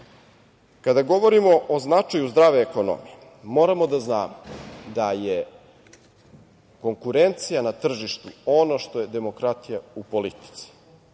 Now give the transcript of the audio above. govorimo o značaju zdrave ekonomije, moramo da znamo da je konkurencija na tržištu ono što je demokratija u politici,